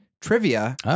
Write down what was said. trivia